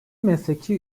mesleki